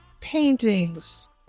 paintings